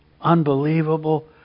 unbelievable